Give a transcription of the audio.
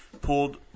pulled